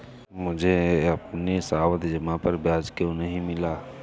मुझे अपनी सावधि जमा पर ब्याज क्यो नहीं मिला?